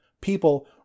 people